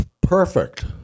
Perfect